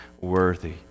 worthy